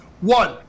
One